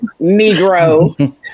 Negro